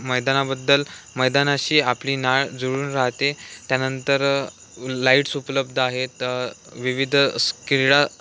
मैदानाबद्दल मैदानाशी आपली नाळ जुळून राहते त्यानंतर लाईट्स उपलब्ध आहेत विविध स् क्रीडा